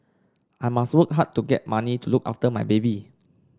I must work hard to get money to look after my baby